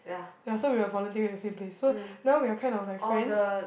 ya so we were volunteering at the same place so now we are kind of like friends